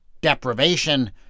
deprivation